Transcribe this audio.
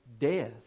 death